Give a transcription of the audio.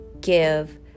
give